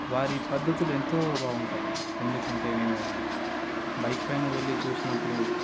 వారి పద్ధతులు ఎంతో బాగుంటాయి ఎందుకంటే నేను బైక్ పైన వెళ్ళి చూసినప్పుడు